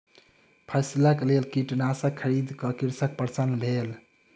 फसिलक लेल कीटनाशक खरीद क कृषक प्रसन्न भेल